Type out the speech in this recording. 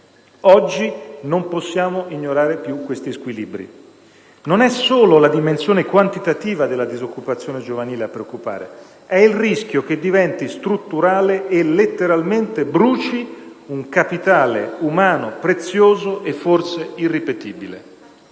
Oggi non possiamo più ignorare questi squilibri. Non è solo la dimensione quantitativa della disoccupazione giovanile a preoccupare: è il rischio che diventi strutturale e letteralmente bruci un capitale umano prezioso e forse irripetibile.